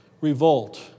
revolt